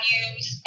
use